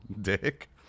dick